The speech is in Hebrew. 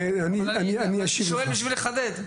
אני שואל בשביל לחדד.